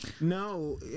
No